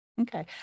Okay